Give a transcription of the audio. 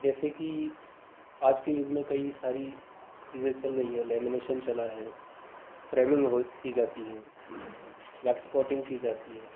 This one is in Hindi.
जैसे कि आज के युग में कई सारी चीजें चल रही हैं लेमिनेशन चला है रैमिंग हो की जाती है लग्स कोटिंग की जाती है